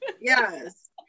Yes